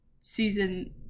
season